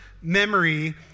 memory